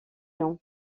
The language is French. nom